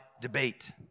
debate